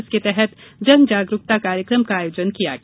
इसके तहत जनजागरूकता कार्यक्रम का आयोजन किया गया